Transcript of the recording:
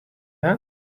that